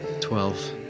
Twelve